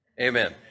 Amen